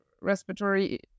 respiratory